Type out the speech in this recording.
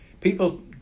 people